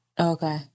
Okay